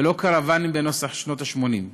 ולא קרוונים בנוסח שנות ה-80.